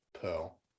pearl